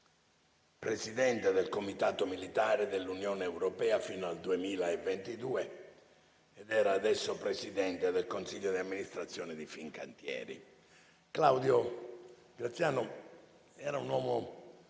presidente del Comitato militare dell'Unione europea fino al 2022 ed era adesso presidente del consiglio di amministrazione di Fincantieri. Claudio Graziano era un uomo